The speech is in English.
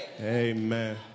Amen